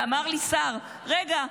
ואמר לי שר: רגע,